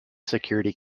security